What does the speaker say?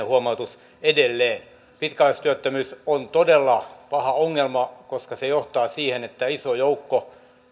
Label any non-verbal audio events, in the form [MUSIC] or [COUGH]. [UNINTELLIGIBLE] huomautus edelleen pitkäaikaistyöttömyys on todella paha ongelma koska se johtaa siihen että iso joukko